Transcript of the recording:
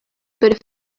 but